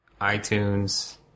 iTunes